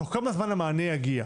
תוך כמה זמן המענה יגיע.